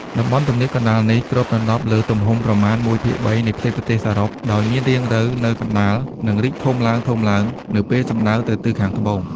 តំបន់ទំនាបកណ្ដាលនេះគ្របដណ្ដប់លើទំហំប្រមាណ ១/៣ នៃផ្ទៃប្រទេសសរុប ដោយមានរាងរៅវនៅកណ្ដាល និងរីកធំឡើងៗនៅពេលសំដៅទៅទិសខាងត្បូង។